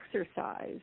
exercise